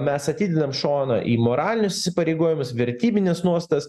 mes atidedam šoną į moralinius įsipareigojimus vertybines nuostatas